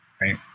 right